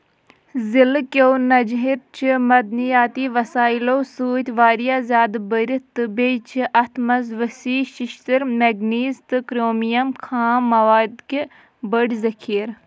ضِلعہٕ کیونجھر چھ معدنِیٲتی وَسٲیِلو سۭتۍ واریاہ زِیادٕ بٔرِتھ تہٕ بیٛیہِ چِھ اَتھ مَنٛز وصیح شِشتٕر مینگنیز تہٕ کرٛومِیَم خام مَوادٕ کہِ بٔڈِ ذٔخیرٕ